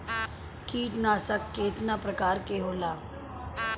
कीटनाशक केतना प्रकार के होला?